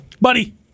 buddy